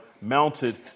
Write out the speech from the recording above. mounted